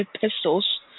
pistols